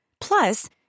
Plus